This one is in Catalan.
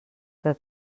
què